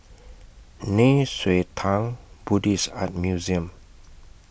Nei Xue Tang Buddhist Art Museum